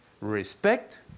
respect